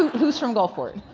who's from gulfport?